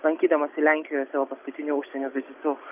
lankydamasi lenkijoje savo paskutiniu užsienio vizitu